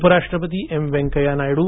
उप राष्ट्रपती एम व्यंकैया नायडू